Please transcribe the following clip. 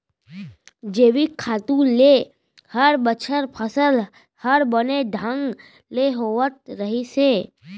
जैविक खातू ले हर बछर फसल हर बने ढंग ले होवत रहिस हे